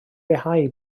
leihau